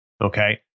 okay